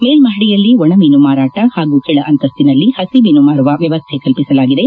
ಮೇಲ್ಮಡಿಯಲ್ಲಿ ಒಣಮೀನು ಮಾರಾಟ ಹಾಗೂ ಕೆಳ ಅಂತಸ್ತಿನಲ್ಲಿ ಹಸಿಮೀನು ಮಾರುವ ವ್ಯವಸ್ಥೆ ಕಲ್ಪಿಸಲಾಗಿದೆ